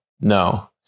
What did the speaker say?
no